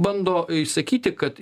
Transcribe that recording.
bando sakyti kad